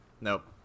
Nope